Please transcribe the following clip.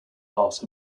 class